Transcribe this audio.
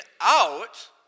out